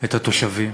את התושבים,